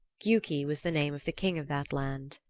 giuki was the name of the king of that land.